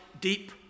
deep